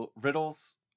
Riddles